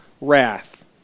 wrath